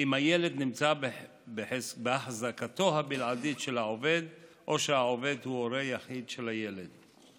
אם הילד נמצא בחזקתו הבלעדית של העובד או שהעובד הוא הורה יחיד של הילד.